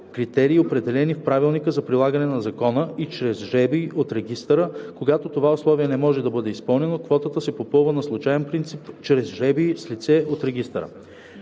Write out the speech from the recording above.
критерии, определени в Правилника за прилагане на закона и чрез жребий от регистъра; когато това условие не може да бъде изпълнено, квотата се попълва на случаен принцип чрез жребий с лице от регистъра;